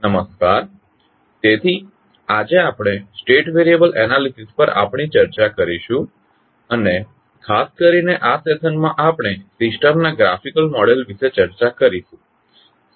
નમસ્કાર તેથી આજે આપણે સ્ટેટ વેરીયબલ એનાલીસીસ પર આપણી ચર્ચા શરૂ કરીશું અને ખાસ કરીને આ સેશન માં આપણે સિસ્ટમ ના ગ્રાફિકલ મોડેલ વિશે ચર્ચા કરીશું